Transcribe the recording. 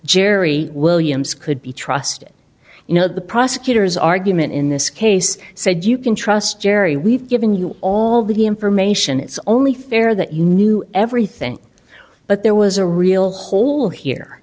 jerry williams could be trusted you know the prosecutor's argument in this case said you can trust jerry we've given you all the information it's only fair that you knew everything but there was a real hole here